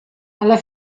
alla